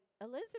Elizabeth